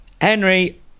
Henry